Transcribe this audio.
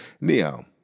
Neo